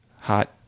hot